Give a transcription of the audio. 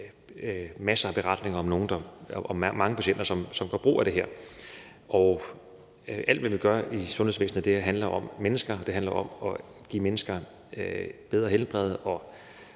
masser af beretninger om mange patienter, som gør brug af det her; og alt, hvad vi gør i sundhedsvæsenet, handler om mennesker og om at give mennesker bedre helbred.